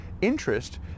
interest